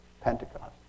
Pentecost